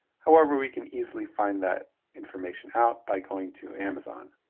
however, we can easily find that information out by going to amazon.